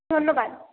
ধন্যবাদ